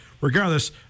Regardless